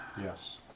Yes